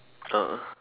ah